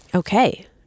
Okay